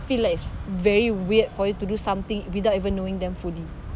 feel like it's very weird for you to do something without even knowing them fully